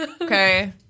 Okay